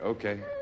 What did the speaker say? Okay